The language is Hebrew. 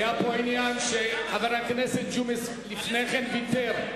היה פה עניין שחבר הכנסת ג'ומס לפני כן ויתר,